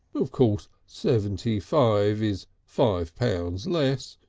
of course seventy-five is five pounds less,